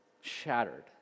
shattered